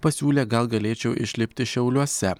pasiūlė gal galėčiau išlipti šiauliuose